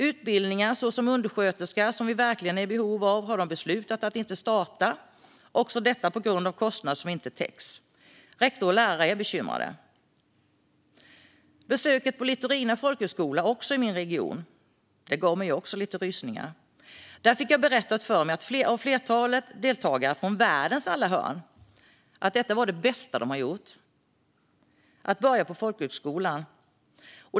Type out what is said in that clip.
Utbildningar, såsom till undersköterska, som vi verkligen är i behov av, har de beslutat att inte starta. Också detta är på grund av kostnader som inte täcks. Rektor och lärare är bekymrade. Besöket på Litorina folkhögskola, också i min region, gav mig också lite rysningar. Där fick jag berättat för mig av flertalet deltagare från världens alla hörn att detta vara det bästa de gjort - att börja på folkhögskolan.